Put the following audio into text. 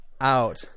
out